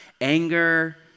anger